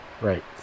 Right